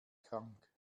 krank